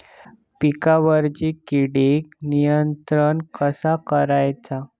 पिकावरची किडीक नियंत्रण कसा करायचा?